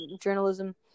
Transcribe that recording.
journalism